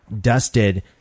dusted